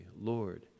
Lord